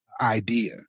idea